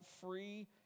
free